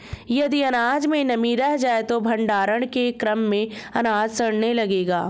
यदि अनाज में नमी रह जाए तो भण्डारण के क्रम में अनाज सड़ने लगेगा